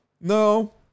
no